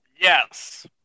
Yes